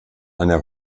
einer